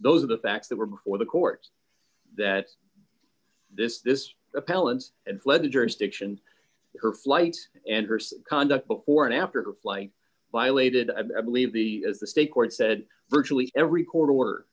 those are the facts that were before the court that this this appellant and fled the jurisdiction her flight and her conduct before and after her flight violated i believe the as the state court said virtually every quarter were